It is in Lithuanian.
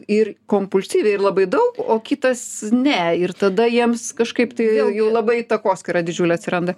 ir kompulsyviai ir labai daug o kitas ne ir tada jiems kažkaip tai jau labai takoskyra didžiulė atsiranda